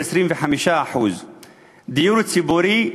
25%; דיור ציבורי,